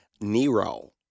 Nero